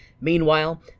Meanwhile